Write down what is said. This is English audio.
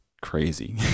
crazy